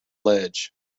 ledge